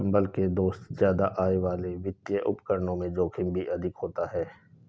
संभल के दोस्त ज्यादा आय वाले वित्तीय उपकरणों में जोखिम भी अधिक होता है